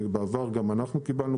ובעבר גם אנחנו קיבלנו,